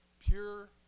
Pure